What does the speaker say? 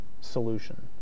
solution